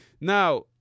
Now